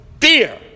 fear